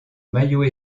maillot